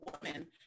woman